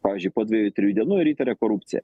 pavyzdžiui po dviejų trijų dienų ir įtaria korupciją